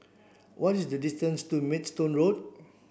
what is the distance to Maidstone Road